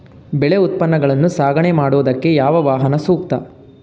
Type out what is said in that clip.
ಬೆಳೆ ಉತ್ಪನ್ನಗಳನ್ನು ಸಾಗಣೆ ಮಾಡೋದಕ್ಕೆ ಯಾವ ವಾಹನ ಸೂಕ್ತ?